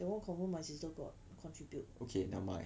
okay never mind